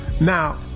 Now